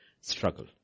struggle